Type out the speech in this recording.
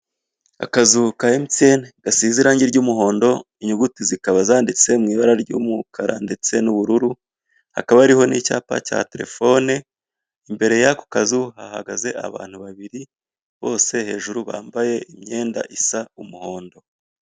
Akazu ka emutiyeni gasize irange ry'umuhondo inyuguti zikaba zanditse mu ibara ry'umukara ndetse n'ubururu, hakaba hariho n'icyapa cya terefone imbere y'ako kazu hahagaze abantu babiri bose hejuru bambaye imyenda isa umuhondo.